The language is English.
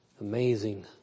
Amazing